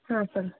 ಹಾಂ ಸರ್